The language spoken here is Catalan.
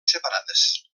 separades